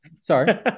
Sorry